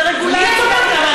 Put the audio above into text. זה רגולציה.